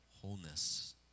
wholeness